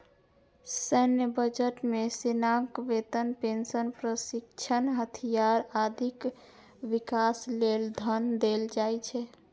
सैन्य बजट मे सेनाक वेतन, पेंशन, प्रशिक्षण, हथियार, आदिक विकास लेल धन देल जाइ छै